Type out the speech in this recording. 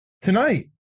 tonight